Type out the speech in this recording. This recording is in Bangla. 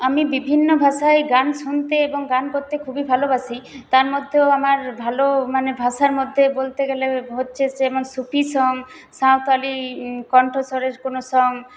আমি বিভিন্ন ভাষায় গান শুনতে এবং গান করতে খুবই ভালোবাসি তার মধ্যেও আমার ভালো মানে ভাষার মধ্যে বলতে গেলে হচ্ছে যেমন সুফি সং সাঁওতালি কণ্ঠস্বরের কোনও সং